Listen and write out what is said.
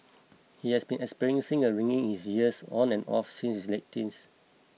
he has been experiencing a ringing in his ears on and off since his late teens